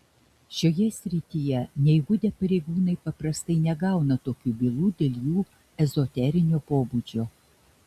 šioje srityje neįgudę pareigūnai paprastai negauna tokių bylų dėl jų ezoterinio pobūdžio